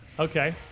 okay